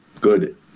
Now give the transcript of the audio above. good